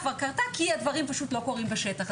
כבר אמרה כי הדברים פשוט לא קורים בשטח.